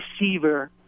receiver